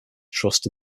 trust